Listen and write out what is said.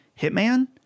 Hitman